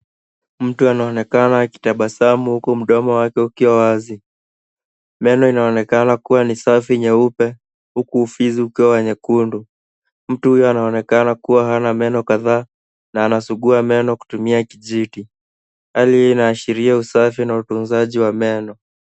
Mtu anaonekana akitabasamu huku mdomo wake ukiwa wazi. Meno inaonekana kuwa ni safi nyeupe huku ufizi ukiwa nyekundu. Mtu huyu anaonekana kuwa hana meno kadhaa na anasugua meno kutumia kijiti. Hali hii inaashiria usafi na utunzaji wa meno.